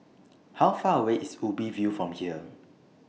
How Far away IS Ubi View from here